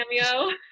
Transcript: cameo